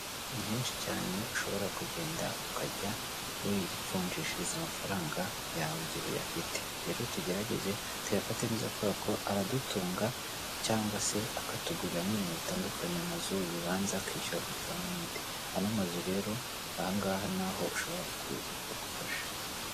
Ni henshi cyane ushobora kugenda ukajya wivunjishiriza amafaranga yawe igihe uyafite. Rero tugerageze tuyafate neza kubera ko aradutunga cyangwa se akatuguriramo ibintu bitandukanye amazu, ibibanza, akishyura hoteli n'ibindi. Ano mazu rero ni aha ngaha ushobora kuza bakagufasha.